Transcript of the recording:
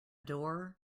door